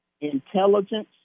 intelligence